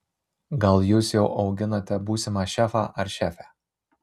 gal jūs jau auginate būsimą šefą ar šefę